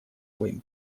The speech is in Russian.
своим